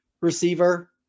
receiver